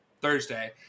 thursday